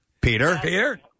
Peter